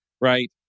right